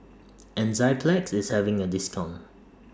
Enzyplex IS having A discount